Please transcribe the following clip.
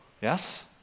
Yes